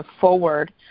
forward